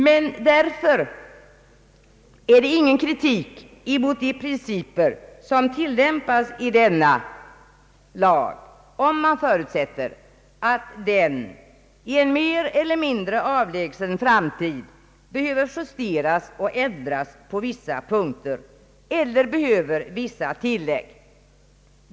Det är därför ingen kritik mot de principer som skall tilllämpas i den föreslagna lagen om man förutsätter att den i en mer eller mindre avlägsen framtid behöver justeras och ändras på vissa punkter eller kräver vissa tillägg.